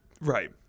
Right